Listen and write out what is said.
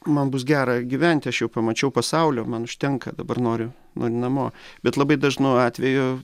man bus gera gyventi aš jau pamačiau pasaulio man užtenka dabar noriu noriu namo bet labai dažnu atveju